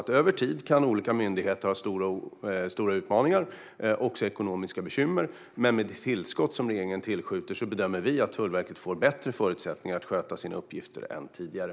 Över tid kan olika myndigheter ha stora utmaningar och ekonomiska bekymmer. Men med det tillskott som regeringen gör bedömer vi att Tullverket får bättre förutsättningar att sköta sina uppgifter än tidigare.